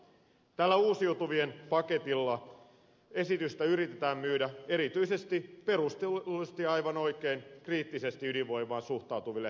tällä uusiutuvien paketilla esitystä yritetään myydä erityisesti perustellusti aivan oikein kriittisesti ydinvoimaan suhtautuville keskustan kansanedustajille